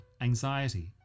anxiety